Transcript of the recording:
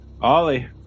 Ollie